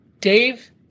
Dave